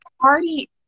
party